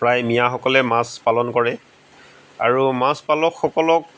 প্ৰায় মিঞাসকলে মাছ পালন কৰে আৰু মাছ পালক সকলক